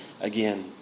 again